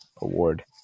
award